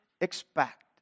expect